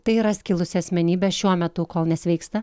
tai yra skilusi asmenybė šiuo metu kol nesveiksta